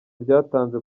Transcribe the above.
byatanze